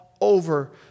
over